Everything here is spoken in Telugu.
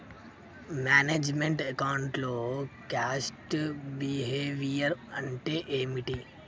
మేనేజ్ మెంట్ అకౌంట్ లో కాస్ట్ బిహేవియర్ అంటే ఏమిటి?